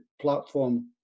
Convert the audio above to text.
platform